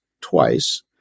twice